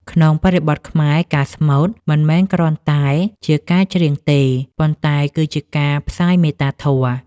ក្នុងបរិបទខ្មែរ ការស្មូតមិនមែនគ្រាន់តែជាការច្រៀងទេ ប៉ុន្តែគឺជាការផ្សាយមេត្តាធម៌។